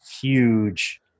huge –